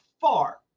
far